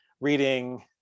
reading